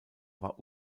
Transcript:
war